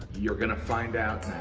you're gonna find out